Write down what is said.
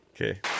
Okay